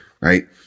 right